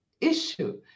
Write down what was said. issue